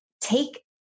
take